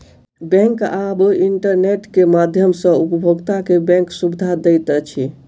bank आब internet के माध्यम सॅ उपभोगता के बैंक सुविधा दैत अछि